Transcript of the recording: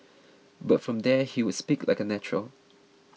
but from there he would speak like a natural